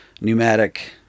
pneumatic